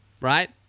right